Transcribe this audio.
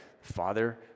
Father